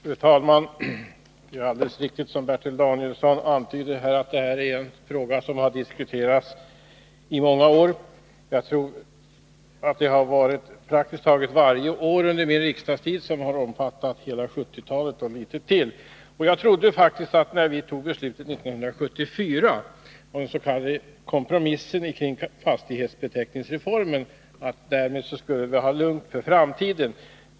Fru talman! Det är alldeles riktigt, som Bertil Danielsson antyder, att det här är en fråga som har diskuterats i många år. Jag tror att den har varit uppe till debatt praktiskt taget varje år under min riksdagstid, som har omfattat hela 1970-talet och litet till. När vi 1974 fattade beslutet — den s.k. kompromissen om fastighetsbeteckningsreformen — trodde jag att vi skulle få lugn för framtiden.